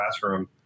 classroom